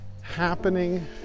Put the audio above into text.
happening